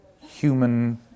human